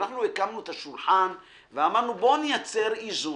כשאנחנו הקמנו את השולחן ואמרנו: בואו נייצר איזון.